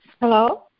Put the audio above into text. Hello